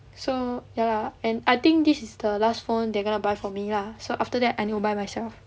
so ya lah and I think this is the last phone they're gonna buy for me lah so after that I need to buy myself